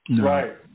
Right